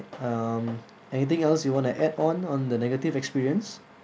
um anything else you want to add on on the negative experience